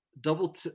double